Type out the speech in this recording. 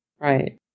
Right